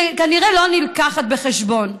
שכנראה לא נלקחת בחשבון.